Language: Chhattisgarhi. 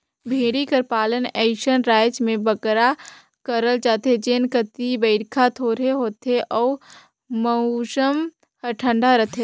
भेंड़ी कर पालन अइसन राएज में बगरा करल जाथे जेन कती बरिखा थोरहें होथे अउ मउसम हर ठंडा रहथे